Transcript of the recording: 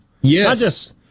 Yes